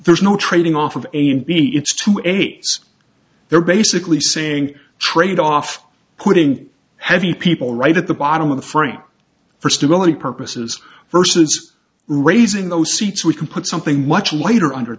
there's no trading off of a and b it's to eight they're basically saying trade off putting heavy people right at the bottom of the freight for stability purposes versus raising those seats we can put something much lighter under